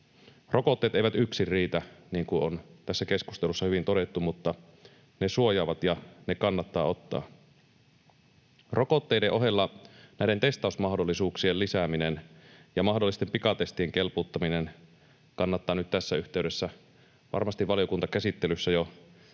Rokotteet eivät yksin riitä, niin kuin on tässä keskustelussa hyvin todettu, mutta ne suojaavat ja ne kannattaa ottaa. Rokotteiden ohella testausmahdollisuuksien lisääminen ja mahdollisten pikatestien kelpuuttaminen kannattaa nyt tässä yhteydessä varmasti valiokuntakäsittelyssä jo seikkaperäisesti